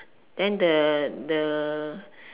then the the